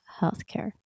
Healthcare